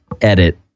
edit